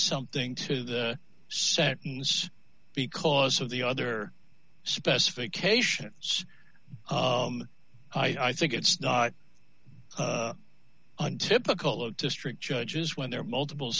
something to the sentence because of the other specifications i think it's not untypical of district judges when there are multiple